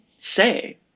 say